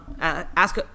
ask